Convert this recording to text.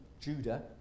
Judah